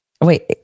Wait